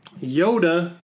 yoda